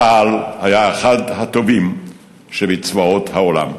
צה"ל היה לאחד הטובים שבצבאות העולם.